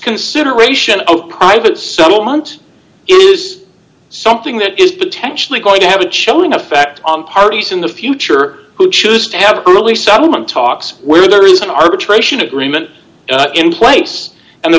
consideration of i have a settlement is something that is potentially going to have a chilling effect on parties in the future who choose to have early settlement talks where there is an arbitration agreement in place and the